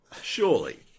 Surely